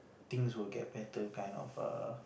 things will get better kind of err